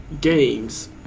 games